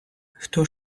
хто